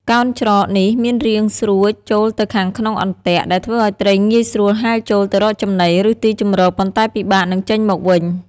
កោណច្រកនេះមានរាងស្រួចចូលទៅខាងក្នុងអន្ទាក់ ដែលធ្វើឲ្យត្រីងាយស្រួលហែលចូលទៅរកចំណី ឬទីជម្រក ប៉ុន្តែពិបាកនឹងចេញមកវិញ។